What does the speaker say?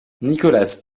nicholas